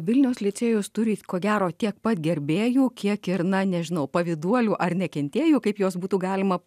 vilniaus licėjus turi ko gero tiek pat gerbėjų kiek ir na nežinau pavyduolių ar nekentėjų kaip juos būtų galima